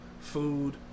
food